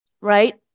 right